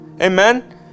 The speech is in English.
Amen